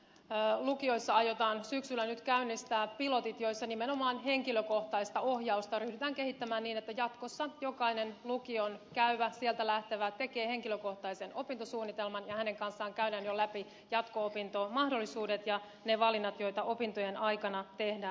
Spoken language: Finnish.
lukioissa aiotaan nyt syksyllä käynnistää pilotit joissa nimenomaan henkilökohtaista ohjausta ryhdytään kehittämään niin että jatkossa jokainen lukion käyvä sieltä lähtevä tekee henkilökohtaisen opintosuunnitelman ja hänen kanssaan käydään jo läpi jatko opintomahdollisuudet ja ne valinnat joita opintojen aikana tehdään